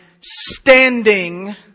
standing